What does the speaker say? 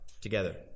together